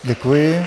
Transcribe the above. Děkuji.